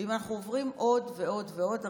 ואם אנחנו עוברים עוד ועוד ועוד,